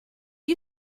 you